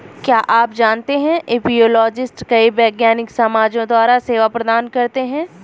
क्या आप जानते है एपियोलॉजिस्ट कई वैज्ञानिक समाजों द्वारा सेवा प्रदान करते हैं?